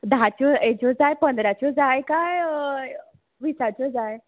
धाच्यो हाच्यो जाय पंदराच्यो जाय काय विसाच्यो जाय